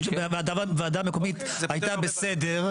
והוועדה המקומית הייתה בסדר.